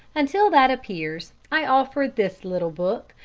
until that appears, i offer this little book,